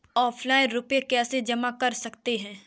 Offline रुपये कैसे जमा कर सकते हैं?